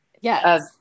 Yes